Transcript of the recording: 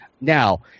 Now